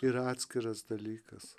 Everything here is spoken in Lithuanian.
yra atskiras dalykas